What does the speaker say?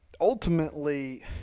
ultimately